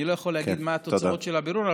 אני לא יכול להגיד מה התוצאות של הבירור,